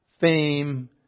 fame